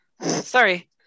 Sorry